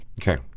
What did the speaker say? Okay